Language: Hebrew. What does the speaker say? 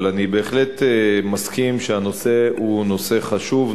אבל אני בהחלט מסכים שהנושא הוא נושא חשוב,